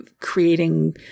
creating